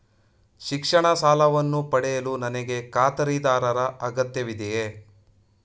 ಶಿಕ್ಷಣ ಸಾಲವನ್ನು ಪಡೆಯಲು ನನಗೆ ಖಾತರಿದಾರರ ಅಗತ್ಯವಿದೆಯೇ?